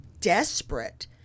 desperate